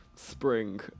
Spring